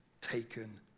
taken